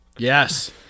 Yes